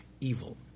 evil